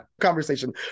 conversation